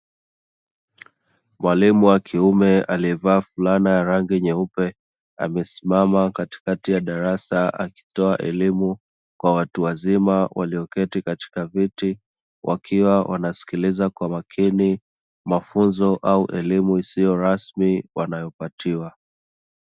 Mwalimu wa kiume, aliye vaa fiulana ya rangi nyeupe, amesimama katikati ya darasa, akitoa elimu kwa watu wazima, walio keti katika viti wakiwa wanasikiliza kwa makini, mafunzo au elimu isiyo rasmi wanayo patiwa.